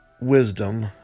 wisdom